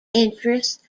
interests